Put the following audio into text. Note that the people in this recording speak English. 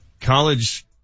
college